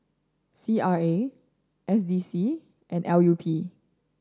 C R A S D C and L U P